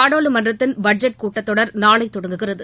நாடாளுமன்றத்தின் பட்ஜெட் கூட்டத்தொடர் நாளை தொடங்குகிறது